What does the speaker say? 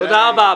תודה רבה.